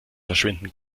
verschwinden